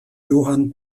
johann